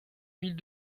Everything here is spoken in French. mille